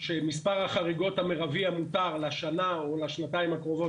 שמספר החריגות המירבי המותר לשנה או לשנתיים הקרובות